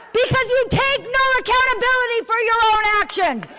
because you take no accountability for your own actions.